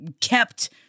kept